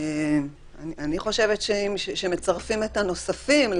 ואני חושבת שמצרפים את הנוספים,